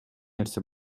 нерсе